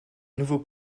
nouveau